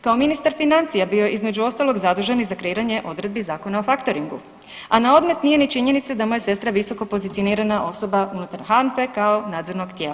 Kao ministar financija, bio je, između ostalog zadužen i za kreiranje odredbi Zakona o faktoringu, a na odmet nije ni činjenica da mu je sestra visokopozicionirana osoba unutar HANFA-e kao nadzornog tijela.